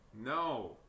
No